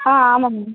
ஆ ஆமாம் மேம்